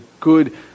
good